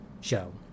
show